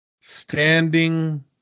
standing